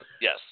yes